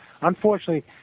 Unfortunately